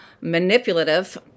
manipulative